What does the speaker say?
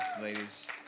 ladies